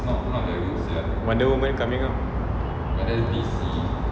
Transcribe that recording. wonder woman coming out